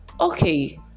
Okay